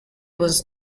was